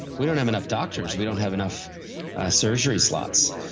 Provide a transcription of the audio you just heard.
we don't have enough doctors. we don't have enough surgery slots.